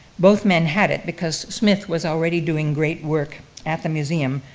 both men had it, because smith was already doing great work at the museum,